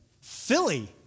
Philly